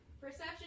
perception